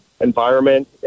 environment